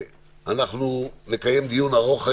אנחנו נקיים דיון ארוך היום,